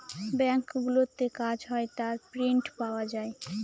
ব্যাঙ্কগুলোতে কাজ হয় তার প্রিন্ট পাওয়া যায়